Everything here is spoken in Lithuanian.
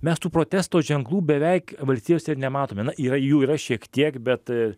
mes tų protesto ženklų beveik valstijose ir nematome na yra jų yra šiek tiek bet